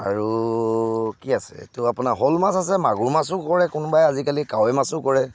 আৰু কি আছে এইটো আপোনাৰ শ'ল মাছ আছে মাগুৰ মাছো কৰে কোনোবাই আজিকালি কাৱৈ মাছো কৰে